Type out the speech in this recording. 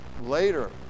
Later